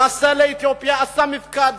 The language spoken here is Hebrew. נסע לאתיופיה, עשה מפקד.